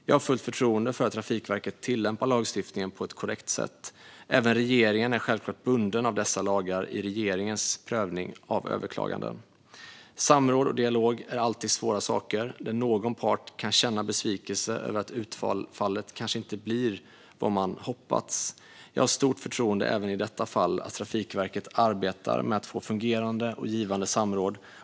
Jag har fullt förtroende för att Trafikverket tillämpar lagstiftningen på ett korrekt sätt. Även regeringen är självklart bunden av dessa lagar i regeringens prövning av överklaganden. Samråd och dialog är alltid svåra saker där någon part kan känna besvikelse över att utfallet kanske inte blir vad man hoppats. Jag har stort förtroende även i detta fall för att Trafikverket arbetar med att få fungerande och givande samråd.